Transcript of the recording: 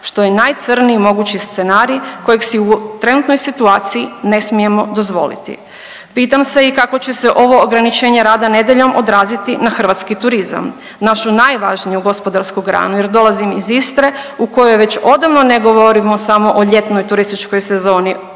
što je najcrnji mogući scenarij koji si u trenutnoj situaciji ne smijemo dozvoliti. Pitam se i kako će se ovo ograničenje rada nedjeljom odraziti na hrvatski turizam našu najvažniju gospodarsku granu jer dolazim iz Istre u kojoj već odavno ne govorimo samo o ljetnoj turističkoj sezoni